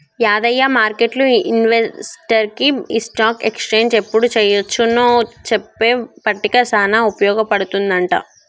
యాదయ్య మార్కెట్లు ఇన్వెస్టర్కి ఈ స్టాక్ ఎక్స్చేంజ్ ఎప్పుడు చెయ్యొచ్చు నో చెప్పే పట్టిక సానా ఉపయోగ పడుతుందంట